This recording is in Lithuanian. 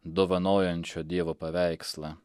dovanojančio dievo paveikslą